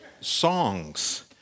songs